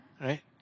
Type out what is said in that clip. Right